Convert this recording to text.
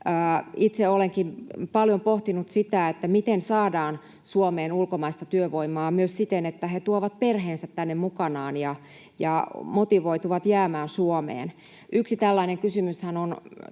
Itse olenkin paljon pohtinut sitä, miten saadaan Suomeen ulkomaista työvoimaa myös siten, että he tuovat perheensä tänne mukanaan ja motivoituvat jäämään Suomeen. Yksi tällainen kysymyshän